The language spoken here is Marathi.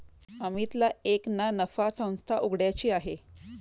अमितला एक ना नफा संस्था उघड्याची आहे